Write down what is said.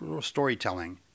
storytelling